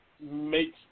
makes